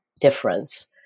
difference